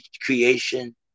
creation